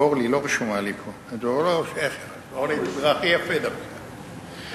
ביקשו